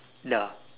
dah